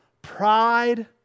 Pride